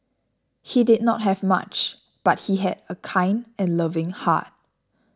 he did not have much but he had a kind and loving heart